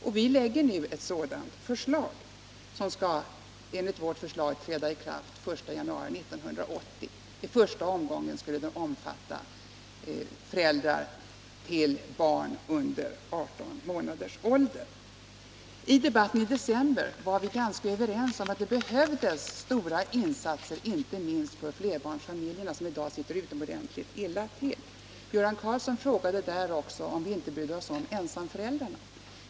Vi framlägger nu ett förslag om vårdnadsersättning som skulle träda i kraft den 1 januari 1980. I första omgången skulle den omfatta föräldrar till barn under 18 månader. I debatten i december var vi överens om att det behövdes stora insatser, inte minst för flerbarnsfamiljerna, som i dag sitter utomor dentligt illa till. Göran Karlsson frågade då också om vi inte brydde oss om ensamföräldrarna.